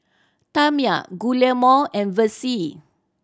Tamia Guillermo and Vessie